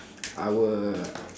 I will